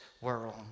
world